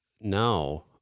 now